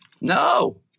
No